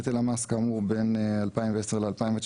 נטל המס בין 2010 ל-2019,